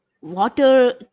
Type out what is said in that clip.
water